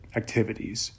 activities